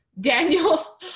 Daniel